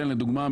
לדוגמה,